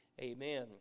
amen